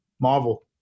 marvel